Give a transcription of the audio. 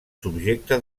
subjecte